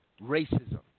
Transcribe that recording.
racism